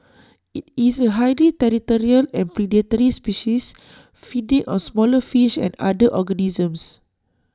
IT is A highly territorial and predatory species feeding on smaller fish and other organisms